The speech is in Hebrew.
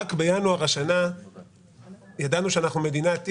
רק בינואר השנה ידענו שאנחנו מדינת אי,